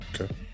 Okay